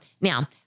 Now